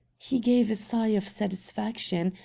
he gave a sigh of satisfaction,